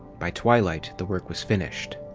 by twilight the work was finished.